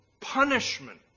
Punishment